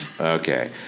Okay